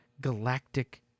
galactic